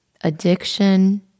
addiction